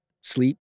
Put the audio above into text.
sleep